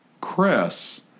Chris